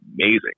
amazing